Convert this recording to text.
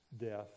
death